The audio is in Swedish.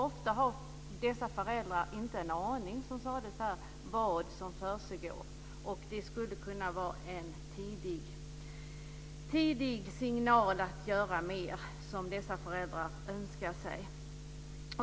Ofta har dessa föräldrar inte en aning, som sades här, om vad som försiggår. Resultatet från ett test skulle kunna vara den tidiga signal om att göra mer som dessa föräldrar önskar sig.